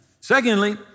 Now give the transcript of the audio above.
Secondly